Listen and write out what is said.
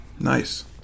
Nice